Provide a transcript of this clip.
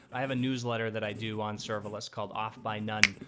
i have a newsletter that i do on serverless called off by none,